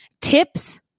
tips